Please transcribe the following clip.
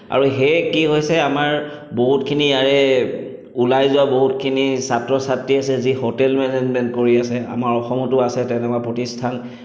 আৰু সেয়ে কি হৈছে আমাৰ বহুতখিনি ইয়াৰে ওলাই যোৱা বহুতখিনি ছাত্ৰ ছাত্ৰী আছে যি হোটেল মেনেজমেণ্ট পঢ়ি আছে আমাৰ অসমতো আছে তেনেকুৱা প্ৰতিষ্ঠান